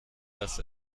dass